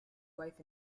wife